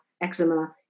eczema